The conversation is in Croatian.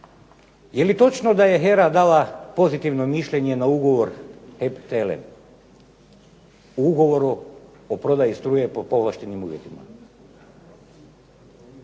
Je li točno da je HERA dala pozitivno mišljenje na ugovor HEP – TLM, u ugovoru o prodaji struje po povlaštenim uvjetima.